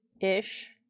Ish